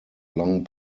long